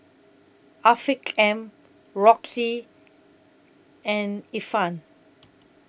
Afiq M Roxy and Ifan